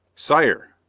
sire,